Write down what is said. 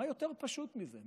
מה יותר פשוט מזה,